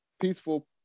peaceful